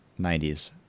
90s